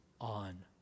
on